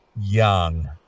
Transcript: young